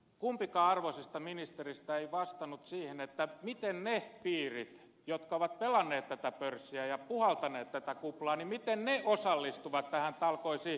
kumpikaan arvoisista ministereistä ei vastannut siihen miten ne piirit jotka ovat pelanneet tätä pörssiä ja puhaltaneet tätä kuplaa osallistuvat näihin talkoisiin